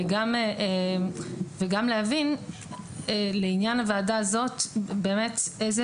וגם להבין לעניין הוועדה הזאת לאיזה